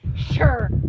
Sure